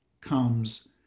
comes